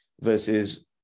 versus